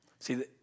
See